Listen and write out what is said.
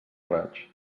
raig